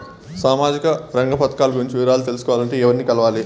సామాజిక రంగ పథకాలు గురించి వివరాలు తెలుసుకోవాలంటే ఎవర్ని కలవాలి?